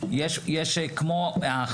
את יודעת שאני נמצא בכל הישיבות.